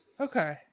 okay